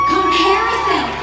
Comparison